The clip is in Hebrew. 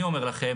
אני אומר לכם,